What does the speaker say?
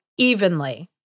Evenly